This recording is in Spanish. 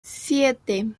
siete